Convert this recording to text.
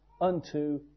unto